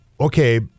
Okay